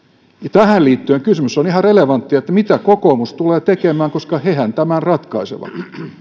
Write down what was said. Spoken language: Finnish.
tähän liittyen on ihan relevantti se kysymys mitä kokoomus tulee tekemään koska hehän tämän ratkaisevat